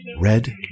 red